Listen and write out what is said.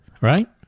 right